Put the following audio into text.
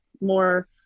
more